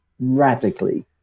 radically